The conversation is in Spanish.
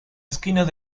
esquinas